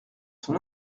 son